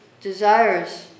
desires